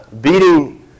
beating